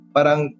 Parang